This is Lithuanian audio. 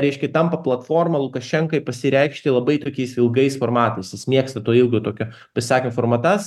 reiškia tampa platforma lukašenkai pasireikšti labai tokiais ilgais formatais jis mėgsta to ilgo tokio pasisakymų formatas